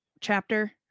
chapter